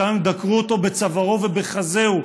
ושם הם דקרו אותו בצווארו ובחזהו.